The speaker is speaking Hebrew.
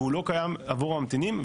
והוא לא קיים עבור הממתינים,